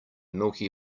milky